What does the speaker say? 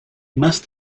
must